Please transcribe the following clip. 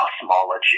cosmology